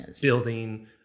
building